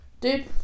Dude